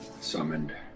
summoned